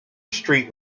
street